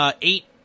eight